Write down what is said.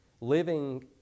living